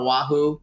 Oahu